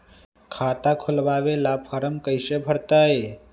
खाता खोलबाबे ला फरम कैसे भरतई?